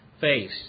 face